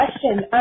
question